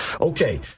Okay